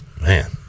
man